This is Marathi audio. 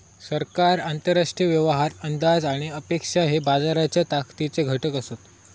सरकार, आंतरराष्ट्रीय व्यवहार, अंदाज आणि अपेक्षा हे बाजाराच्या ताकदीचे घटक असत